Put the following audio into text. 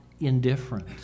indifferent